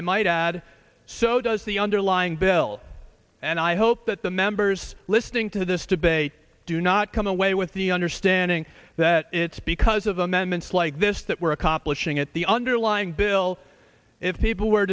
i might add so does the underlying bill and i hope that the members listening to this debate do not come away with the understanding that it's because of them and it's like this that we're accomplishing at the underlying bill if people were